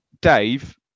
Dave